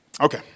Okay